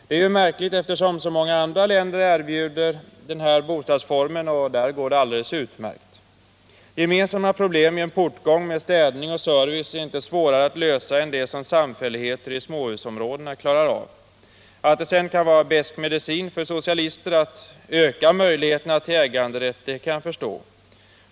Det är ju märkligt, eftersom så många andra länder erbjuder den här bostadsformen och det där går alldeles utmärkt. Gemensamma problem i en portgång med städning och service är inte svårare att lösa än det som samfälligheter i småhusområden klarar av. Att det sedan kan vara besk medicin för socialister att öka möjligheterna till äganderätt kan jag förstå.